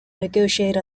negotiate